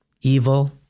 evil